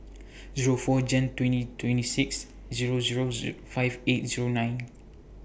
Zero four Jan twenty twenty six Zero Zero five eight Zero nine